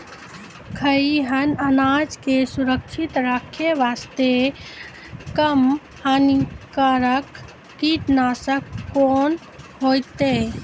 खैहियन अनाज के सुरक्षित रखे बास्ते, कम हानिकर कीटनासक कोंन होइतै?